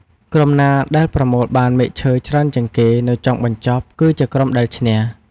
ក្រុមណាដែល ប្រមូលបានមែកឈើច្រើនជាងគេ នៅចុងបញ្ចប់ គឺជាក្រុមដែលឈ្នះ។